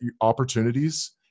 opportunities